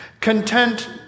Content